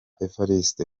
evariste